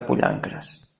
pollancres